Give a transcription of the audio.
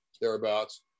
thereabouts